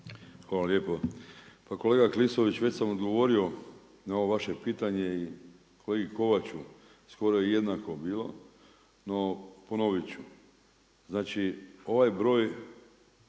Hvala lijepo. Pa kolega Klisović već sam odgovorio na ovo vaše pitanje i kolegi Kovaču skoro jednako je bilo, no ponovit ću. Znači ovaj broj,